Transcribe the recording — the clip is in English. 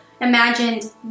imagined